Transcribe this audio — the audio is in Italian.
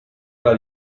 alla